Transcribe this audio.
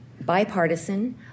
bipartisan